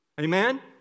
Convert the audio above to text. Amen